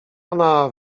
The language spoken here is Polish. ona